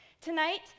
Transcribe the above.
tonight